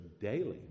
daily